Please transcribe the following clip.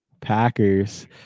Packers